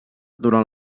durant